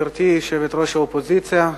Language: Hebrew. גברתי יושבת-ראש האופוזיציה,